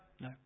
No